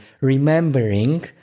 remembering